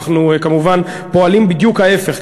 אנחנו כמובן פועלים בדיוק ההפך,